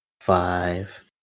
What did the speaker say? five